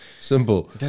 Simple